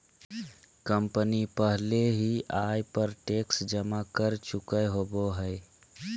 company पहले ही आय पर टैक्स जमा कर चुकय होबो हइ